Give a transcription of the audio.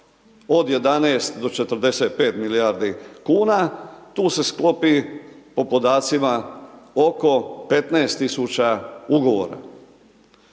od 11-45 milijardi kuna, tu se sklopi po podacima oko 15 tisuća ugovora.